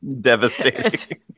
devastating